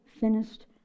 finished